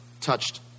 touched